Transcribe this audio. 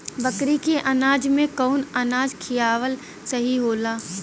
बकरी के अनाज में कवन अनाज खियावल सही होला?